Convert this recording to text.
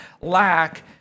lack